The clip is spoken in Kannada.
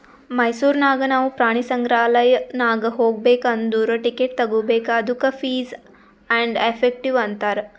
ಮೈಸೂರ್ ನಾಗ್ ನಾವು ಪ್ರಾಣಿ ಸಂಗ್ರಾಲಯ್ ನಾಗ್ ಹೋಗ್ಬೇಕ್ ಅಂದುರ್ ಟಿಕೆಟ್ ತಗೋಬೇಕ್ ಅದ್ದುಕ ಫೀಸ್ ಆ್ಯಂಡ್ ಎಫೆಕ್ಟಿವ್ ಅಂತಾರ್